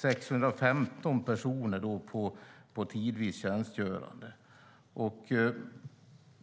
är 615 personer på tidvis tjänstgöring.